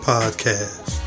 Podcast